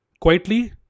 quietly